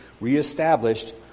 reestablished